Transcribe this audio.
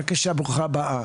בבקשה, ברוכה הבאה.